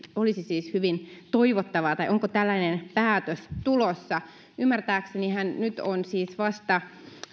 olisi siis hyvin toivottavaa tai onko tällainen päätös tulossa ymmärtääkseni nyt on siis vasta